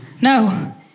no